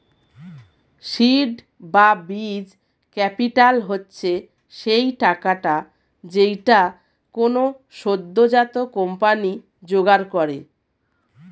seed বা বীজ capital হচ্ছে সেই টাকাটা যেইটা কোনো সদ্যোজাত কোম্পানি জোগাড় করে